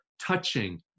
touching